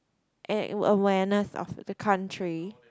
a~ awareness of the country